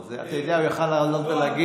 אתה יודע, הוא היה יכול להגיד: